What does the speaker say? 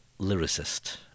lyricist